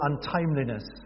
untimeliness